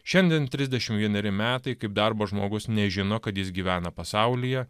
šiandien trisdešimt vieneri metai kaip darbo žmogus nežino kad jis gyvena pasaulyje